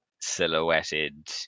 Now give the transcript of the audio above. silhouetted